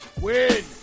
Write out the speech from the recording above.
win